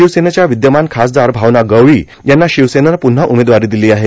शिवसेनेच्या विद्यमान खासदार भावना गवळी यांना शिवसेनेनं पुन्हा उमेदवारी दिली आहे